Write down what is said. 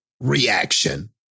reaction